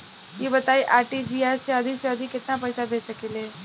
ई बताईं आर.टी.जी.एस से अधिक से अधिक केतना पइसा भेज सकिले?